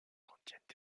contiennent